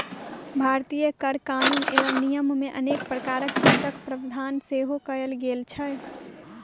भारतीय कर कानून एवं नियममे अनेक प्रकारक छूटक प्रावधान सेहो कयल गेल छै